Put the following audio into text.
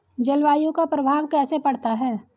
जलवायु का प्रभाव कैसे पड़ता है?